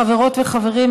חברות וחברים,